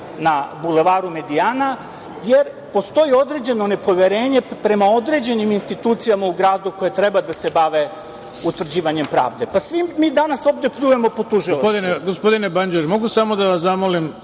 na Bulevaru Medijana, jer postoji određeno nepoverenje prema određenim institucijama u gradu koje treba da se bave utvrđivanjem pravde. Svi mi danas ovde pljujemo po Tužilaštvu. **Ivica Dačić** Gospodine Banđur, mogu samo da vas zamolim